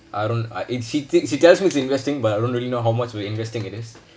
I don't I it she thinks she tells me she's investing but I don't really know how much we're investing it is